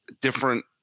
different